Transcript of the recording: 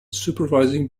supervising